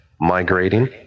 migrating